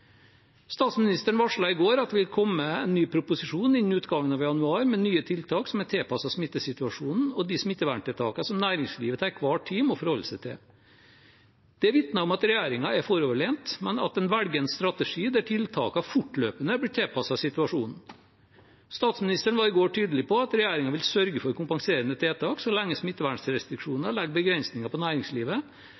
Statsministeren varslet i går at det vil komme en ny proposisjon innen utgangen av januar, med nye tiltak som er tilpasset smittesituasjonen og de smitteverntiltakene som næringslivet til enhver tid må forholde seg til. Det vitner om at regjeringen er foroverlent, men at den velger en strategi der tiltakene fortløpende blir tilpasset situasjonen. Statsministeren var i går tydelig på at regjeringen vil sørge for kompenserende tiltak så lenge